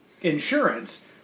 insurance